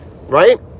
right